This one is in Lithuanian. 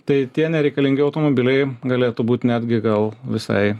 tai tie nereikalingi automobiliai galėtų būt netgi gal visai